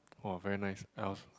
[wah] very nice